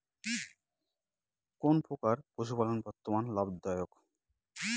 কোন প্রকার পশুপালন বর্তমান লাভ দায়ক?